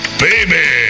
baby